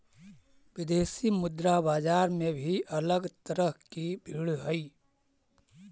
विदेशी मुद्रा बाजार में भी अलग तरह की भीड़ हई